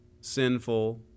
sinful